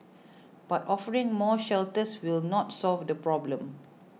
but offering more shelters will not solve the problem